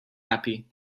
happy